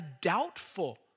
doubtful